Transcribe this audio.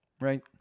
Right